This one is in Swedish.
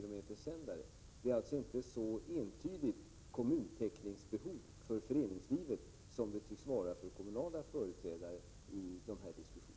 Kommuntäckningsbehovet är alltså inte lika entydigt för föreningslivet som det tycks vara för kommunala företrädare i de här diskussionerna.